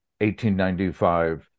1895